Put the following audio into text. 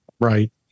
Right